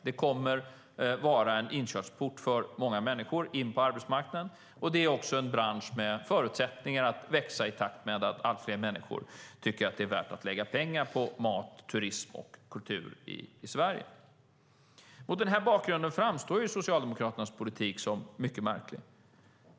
Det kommer att vara en inkörsport för många människor in på arbetsmarknaden, och det är också en bransch med förutsättningar att växa i takt med att allt fler människor tycker att det är värt att lägga pengar på mat, turism och kultur i Sverige. Mot den bakgrunden framstår Socialdemokraternas politik som mycket märklig.